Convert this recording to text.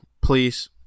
please